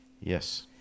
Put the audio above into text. Yes